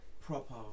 proper